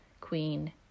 Queen